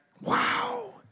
Wow